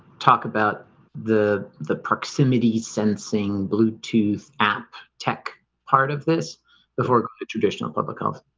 talk about the the proximity sensing bluetooth app tech part of this before the traditional public health